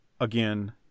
again